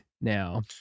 now